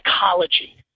psychology